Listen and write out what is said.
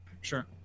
sure